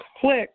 click –